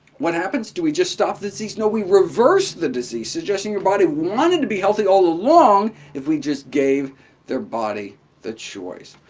what happens? do we just stop disease? no, we reverse the disease, suggesting your body wanted to be healthy all along if we just gave their body the choice.